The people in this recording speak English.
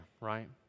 right